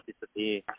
disappear